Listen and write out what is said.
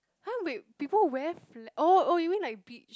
!huh! wait people wear fla~ oh oh you mean like beach